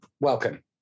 welcome